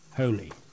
holy